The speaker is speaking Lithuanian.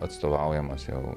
atstovaujamas jau